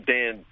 Dan